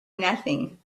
nothing